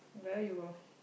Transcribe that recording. via you loh